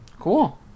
cool